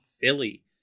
Philly